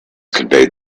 conveyed